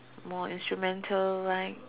more instrumental like